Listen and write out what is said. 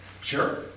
Sure